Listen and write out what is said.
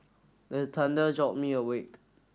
the thunder jolt me awake